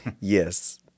yes